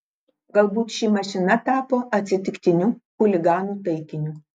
galbūt ši mašina tapo atsitiktiniu chuliganų taikiniu